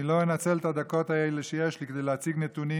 אני לא אנצל את הדקות האלה שיש לי כדי להציג נתונים,